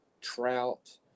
trout